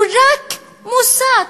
הוא רק מוסת.